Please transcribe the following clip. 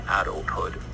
adulthood